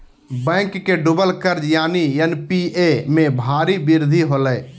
bank के डूबल कर्ज यानि एन.पी.ए में भारी वृद्धि होलय